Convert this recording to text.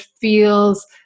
feels